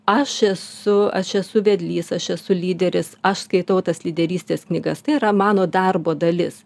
aš esu aš esu vedlys aš esu lyderis aš skaitau tas lyderystės knygas tai yra mano darbo dalis